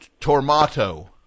Tormato